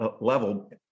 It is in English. level